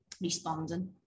responding